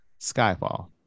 skyfall